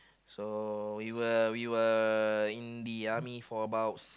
so we were we were in the army for about